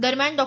दरम्यान डॉ